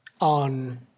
on